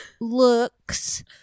looks